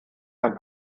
ein